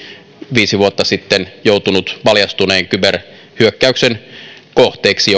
viisi vuotta sitten joutunut paljastuneen kyberhyökkäyksen kohteeksi